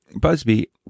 Busby